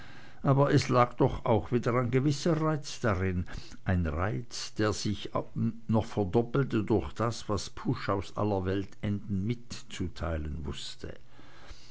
aber es lag doch auch wieder ein gewisser reiz darin ein reiz der sich noch verdoppelte durch das was pusch aus aller welt enden mitzuteilen wußte